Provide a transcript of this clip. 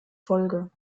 folge